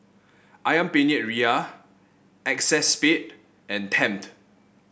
ayam Penyet Ria Acexspade and Tempt